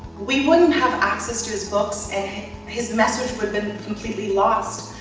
we wouldn't have access to his books, and his message would've been completely lost.